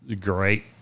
Great